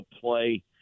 play